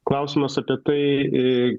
klausimas apie tai